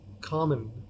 common